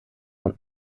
und